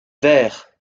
vers